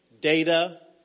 Data